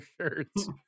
shirts